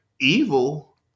evil